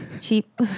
Cheap